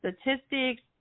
statistics